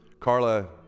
Carla